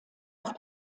auf